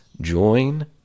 Join